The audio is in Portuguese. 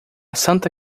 santa